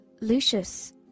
lucius